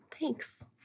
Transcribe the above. thanks